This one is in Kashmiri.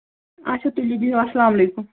اچھا تُلِو بِہِو السلام علیکُم